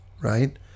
right